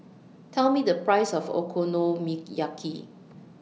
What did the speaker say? Tell Me The Price of Okonomiyaki